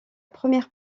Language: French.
première